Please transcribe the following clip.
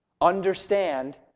understand